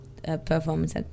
Performance